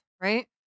right